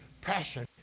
passion